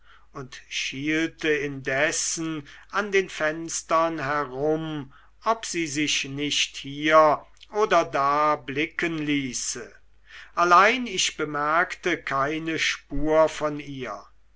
und schielte indessen an den fenstern herum ob sie sich nicht hier oder da blicken ließe allein ich bemerkte keine spur von ihr